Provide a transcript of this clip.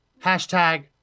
Hashtag